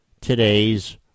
today's